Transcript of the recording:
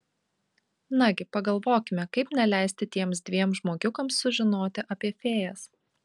nagi pagalvokime kaip neleisti tiems dviem žmogiukams sužinoti apie fėjas